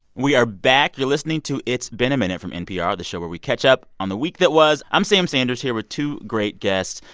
we are back. you're listening to it's been a minute from npr, the show where we catch up on the week that was. i'm sam sanders here with two great guests.